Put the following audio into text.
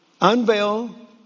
unveil